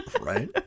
Right